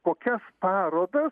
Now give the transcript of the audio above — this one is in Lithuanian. kokias parodas